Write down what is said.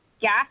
gas